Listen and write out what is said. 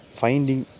finding